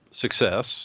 success